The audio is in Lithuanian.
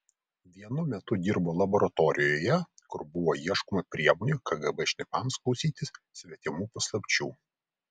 vienu metu dirbo laboratorijoje kur buvo ieškoma priemonių kgb šnipams klausytis svetimų paslapčių